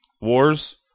Wars